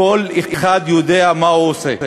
כל אחד יודע מה הוא עושה,